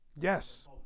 Yes